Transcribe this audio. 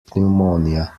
pneumonia